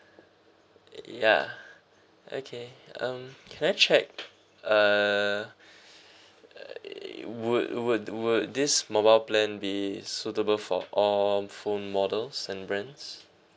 ya okay um can I check uh uh it would would would this mobile plan be suitable for of all phone models and brands